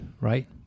right